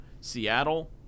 Seattle